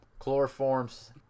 chloroforms